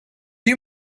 you